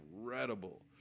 incredible